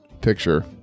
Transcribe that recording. picture